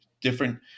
different